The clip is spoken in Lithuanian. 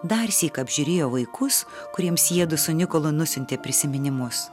darsyk apžiūrėjo vaikus kuriems jiedu su nikolu nusiuntė prisiminimus